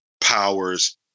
Powers